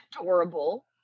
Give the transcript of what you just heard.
adorable